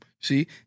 See